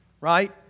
Right